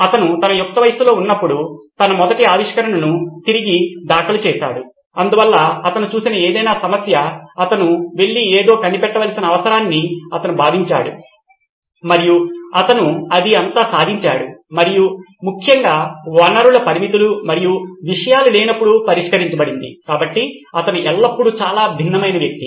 అతను తన యుక్త వయస్సులో ఉన్నప్పుడు తన మొదటి ఆవిష్కరణను తిరిగి దాఖలు చేశాడు అందువల్ల అతను చూసిన ఏదైనా సమస్య అతను వెళ్లి ఏదో కనిపెట్టవలసిన అవసరాన్ని అతను భావించాడు మరియు అతను అది అంతా సాధించాడు మరియు ముఖ్యంగా వనరుల పరిమితులు మరియు విషయాలు లేనప్పుడు పరిష్కరించబడింది కాబట్టి అతను ఎల్లప్పుడూ చాలా భిన్నమైన వ్యక్తి